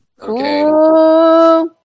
Okay